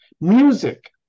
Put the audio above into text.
Music